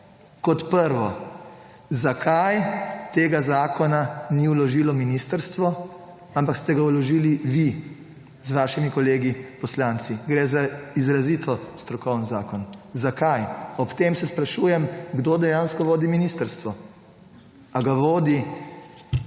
Kot prvo. Zakaj tega zakona ni vložilo ministrstvo, ampak ste ga vložili v z vašimi kolegi poslanci? Gre za izrazito strokoven zakon. Zakaj? Ob tem se sprašujem, kdo dejansko vodi ministrstvo. Ali ga vodi